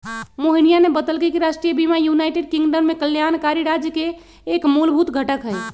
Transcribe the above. मोहिनीया ने बतल कई कि राष्ट्रीय बीमा यूनाइटेड किंगडम में कल्याणकारी राज्य के एक मूलभूत घटक हई